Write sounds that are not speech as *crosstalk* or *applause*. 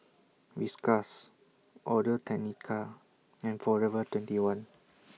Whiskas Audio Technica and Forever twenty one *noise*